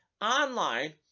online